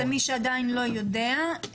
למי שעדיין לא יודע,